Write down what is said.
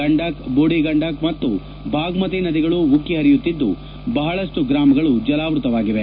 ಗಂಡಕ್ ಬೂಡಿ ಗಂಡಕ್ ಮತ್ತು ಬಾಗ್ದತಿ ನದಿಗಳು ಉಕ್ಕಿ ಹರಿಯುತ್ತಿದ್ದು ಬಹಳಷ್ಟು ಗ್ರಾಮಗಳು ಜಲಾವೃತವಾಗಿವೆ